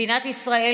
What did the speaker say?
מדינת ישראל,